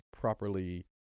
properly